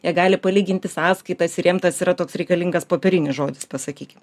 jie gali palyginti sąskaitas ir jiems tas yra toks reikalingas popierinis žodis tas sakykim